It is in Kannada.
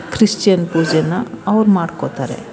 ಕ್ರಿಶ್ಚಿಯನ್ ಪೂಜೆನ ಅವ್ರು ಮಾಡ್ಕೊಳ್ತಾರೆ